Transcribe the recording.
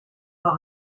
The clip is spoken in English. what